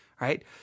right